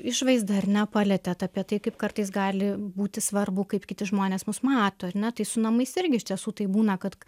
išvaizdą ar ne palietėt apie tai kaip kartais gali būti svarbu kaip kiti žmonės mus mato ar ne tai su namais irgi iš tiesų taip būna kad